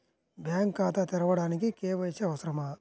Bank ఖాతా తెరవడానికి KYC అవసరమా?